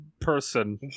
person